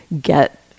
get